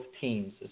teams